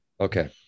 Okay